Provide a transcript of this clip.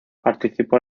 participó